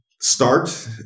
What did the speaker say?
Start